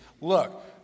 look